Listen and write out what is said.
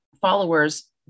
followers